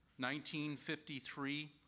1953